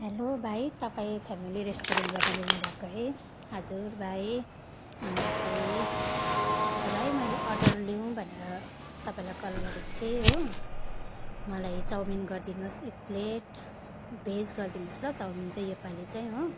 hello भाइ तपाईँ family रेस्टुरेन्टबाट बोल्नु भएको है हजुर भाइ नमस्ते अन्त भाइ मैले अर्डर लिउँ भनेर तपाईँलाई कल गरेको थिएँ हो मलाई चाउमिन गरिदिनुहोस् एक प्लेट भेज गरिदिनुहोस् ल चाउमिन चाहिँ यो पालि चाहिँ हो